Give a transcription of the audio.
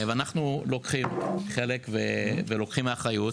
אנחנו לוקחים חלק ולוקחים אחריות.